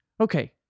Okay